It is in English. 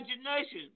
imagination